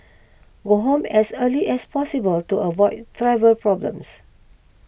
go home as early as possible to avoid travel problems